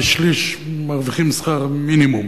כשליש מרוויחים שכר מינימום.